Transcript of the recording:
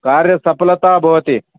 कार्यसफलता भवति